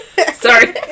Sorry